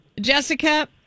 Jessica